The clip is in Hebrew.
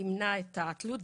ימנע את התלות.